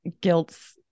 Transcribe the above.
guilt's